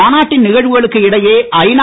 மாநாட்டின் நிகழ்வுகளுக்கு இடையே ஐநா